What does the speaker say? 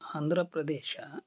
Andhra Pradesh